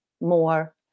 more